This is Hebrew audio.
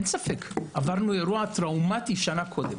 אין ספק, עברנו אירוע טראומטי שנה קודם.